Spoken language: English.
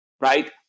right